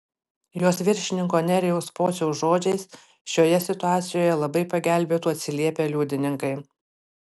jos viršininko nerijaus pociaus žodžiais šioje situacijoje labai pagelbėtų atsiliepę liudininkai